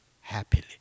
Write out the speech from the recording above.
happily